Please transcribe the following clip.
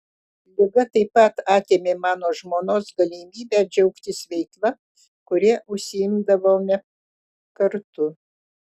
liga taip pat atėmė mano žmonos galimybę džiaugtis veikla kuria užsiimdavome kartu